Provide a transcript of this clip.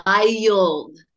wild